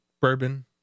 bourbon